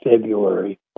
February